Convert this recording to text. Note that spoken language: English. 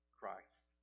Christ